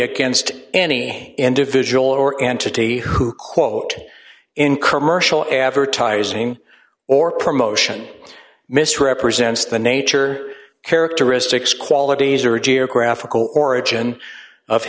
against any individual or entity who quote incur mercial advertising or promotion misrepresents the nature characteristics qualities or geographical origin of